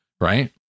right